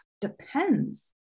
depends